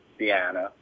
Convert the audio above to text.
Deanna